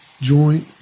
joint